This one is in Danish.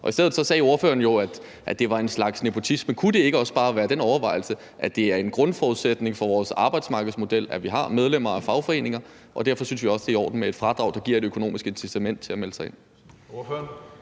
I stedet sagde ordføreren jo, at det var en slags nepotisme. Kunne det ikke også bare være den overvejelse, at det er en grundforudsætning for vores arbejdsmarkedsmodel, at vi har medlemmer af fagforeninger, og at derfor synes vi også, at det er i orden med et fradrag, der giver et økonomisk incitament til at melde sig ind?